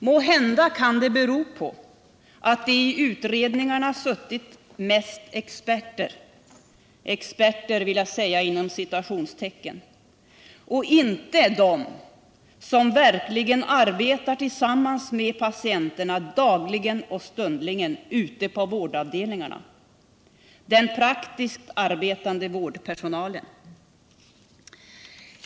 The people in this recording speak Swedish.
Måhända kan det bero på att det i utredningarna suttit mest ”experter”, och inte de som verkligen arbetar tillsammans med patienterna dagligen och stundligen ute på vårdavdelningarna, den praktiskt arbetande vårdpersonalen.